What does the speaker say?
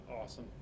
awesome